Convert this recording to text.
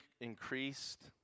increased